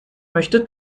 möchte